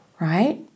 right